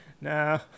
no